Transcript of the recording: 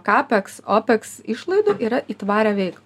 kapeks opeks išlaidų yra į tvarią veiklą